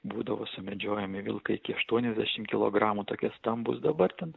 būdavo sumedžiojami vilkai iki aštuoniasdešim kilogramų tokie stambūs dabar ten